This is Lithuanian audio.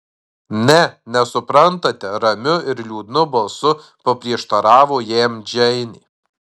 ne nesuprantate ramiu ir liūdnu balsu paprieštaravo jam džeinė